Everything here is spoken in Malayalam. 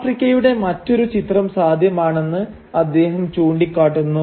ആഫ്രിക്കയുടെ മറ്റൊരു ചിത്രം സാധ്യമാണെന്ന് അദ്ദേഹം ചൂണ്ടിക്കാട്ടുന്നു